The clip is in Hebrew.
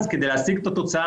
גם אם נחליט שיש פגיעה,